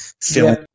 film